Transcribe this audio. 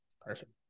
Perfect